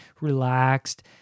relaxed